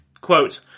Quote